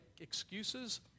excuses